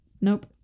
nope